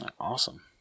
awesome